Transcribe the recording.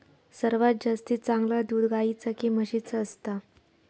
सर्वात जास्ती चांगला दूध गाईचा की म्हशीचा असता?